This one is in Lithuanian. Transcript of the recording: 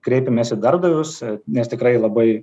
kreipėmės į darbdavius nes tikrai labai